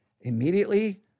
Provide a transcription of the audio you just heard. immediately